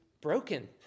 broken